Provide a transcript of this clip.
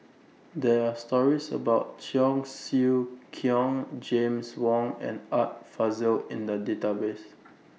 There Are stories about Cheong Siew Keong James Wong and Art Fazil in The Database